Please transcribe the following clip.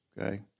okay